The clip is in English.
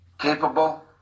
Capable